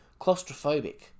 claustrophobic